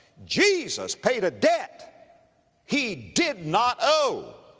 jesus paid a debt he did not owe.